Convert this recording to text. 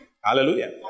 Hallelujah